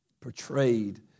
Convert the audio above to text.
portrayed